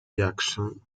jackson